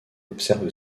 observe